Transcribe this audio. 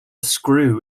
screw